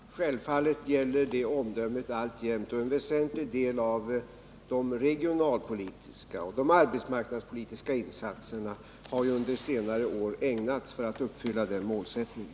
Herr talman! Självfallet gäller det omdömet alltjämt, och en väsentlig del av de regionalpolitiska och arbetsmarknadspolitiska insatserna har under senare år ägnats åt att uppfylla den målsättningen.